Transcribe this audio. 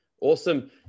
awesome